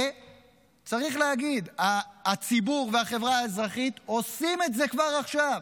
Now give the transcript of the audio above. וצריך להגיד: הציבור והחברה האזרחית עושים את זה כבר עכשיו.